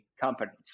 companies